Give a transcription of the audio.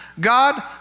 God